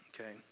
Okay